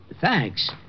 Thanks